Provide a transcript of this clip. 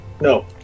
No